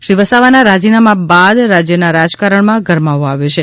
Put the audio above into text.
શ્રી વસાવાના રાજીનામા બાદ રાજ્યના રાજકારણમાં ગરમાવો આવ્યો છે